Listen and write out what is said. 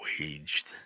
waged